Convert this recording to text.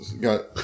got